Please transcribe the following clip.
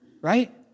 right